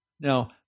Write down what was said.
Now